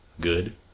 good